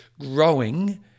growing